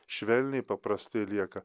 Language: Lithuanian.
švelniai paprasti lieka